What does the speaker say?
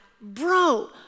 bro